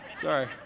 Sorry